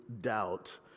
doubt